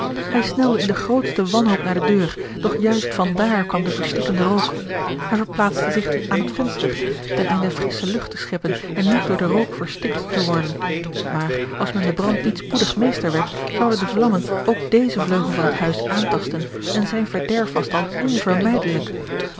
hij snelde in de grootste wanhoop naar de deur doch juist van daar kwam de verstikkende rook hij plaatste zich aan het venster ten einde frissche lucht te scheppen en niet door den rook verstikt te worden maar als men den brand niet spoedig meester werd zouden de vlammen ook dezen vleugel van het huis aantasten en zijn verderf was dan onvermijdelijk